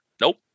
Nope